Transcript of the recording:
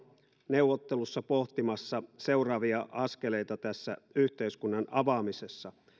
neuvottelussa pohtimassa seuraavia askeleita tässä yhteiskunnan avaamisessa